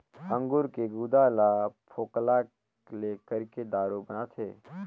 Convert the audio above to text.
अंगूर के गुदा ल फोकला ले करके दारू बनाथे